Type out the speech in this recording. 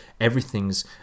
Everything's